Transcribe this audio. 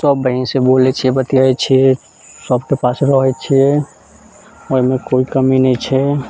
सभ बहीन से बोलैत छियै बतियाइ छियै सभके पास रहैत छियै ओहिमे कोइ कमी नहि छै